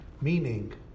Meaning